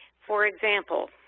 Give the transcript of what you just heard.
for example,